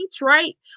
right